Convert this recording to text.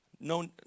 no